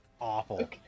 awful